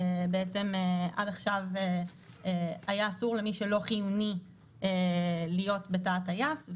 עד עכשיו היה אסור למי שלא חיוני להיות בתא הטייס.